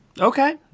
Okay